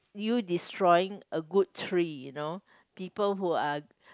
you destroying a good tree you know people who are